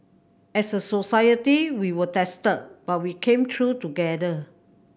as a society we were tested but we came through together